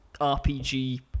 RPG